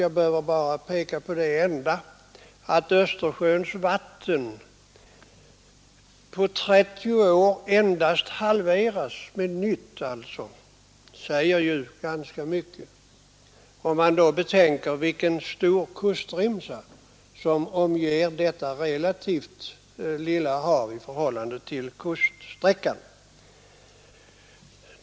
Jag behöver bara peka på att Östersjöns vatten endast halveras med nytt vatten på 30 år. Det säger ju mycket, speciellt om man betänker vilken lång kust som omsluter detta i förhållande till kuststräckan relativt lilla hav.